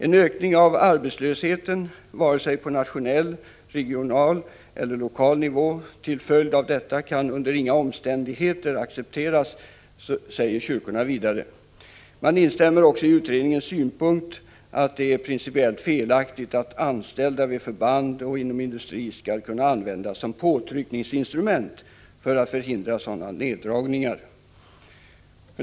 En ökning av arbetslösheten — på nationell, regional eller lokal nivå — till följd av detta kan under inga omständigheter accepteras, säger kyrkorna vidare. Man instämmer också i utredningens synpunkt att det är principiellt felaktigt att anställda vid förband och inom industrin skall kunna användas som påtryckningsinstrument för att förhindra sådana neddragningar.